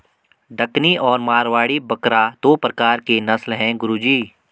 डकनी और मारवाड़ी बकरा दो प्रकार के नस्ल है गुरु जी